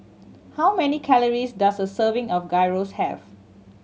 how many calories does a serving of Gyros have